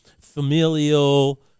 familial